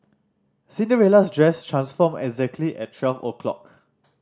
Cinderella's dress transformed exactly at twelve o'clock